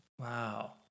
wow